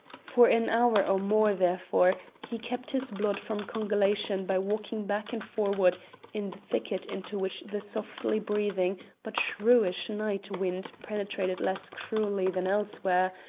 for an hour or more, therefore, he kept his blood from congelation by walking back and forward in the thicket into which the softly breathing but shrewish night wind penetrated less cruelly than elsewhere,